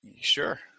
Sure